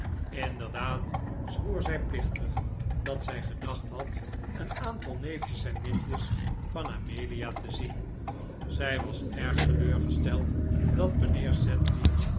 inderdaad zwoer zij plechtig dat zij gedacht had een aantal neef jes en nichtjes van amelia te zien zij was erg teleurgesteld dat mijnheer